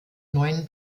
neuen